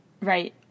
Right